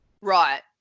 Right